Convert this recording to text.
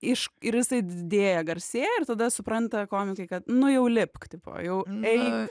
iš ir jisai didėja garsėja ir tada supranta komikai kad nu jau lipk tipo jau ne